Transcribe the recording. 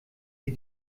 sie